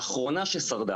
אנחנו האחרונה ששרדה.